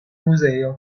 muzeo